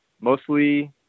mostly